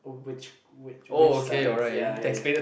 which which which Sabbaths ya ya ya